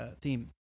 theme